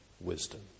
wisdom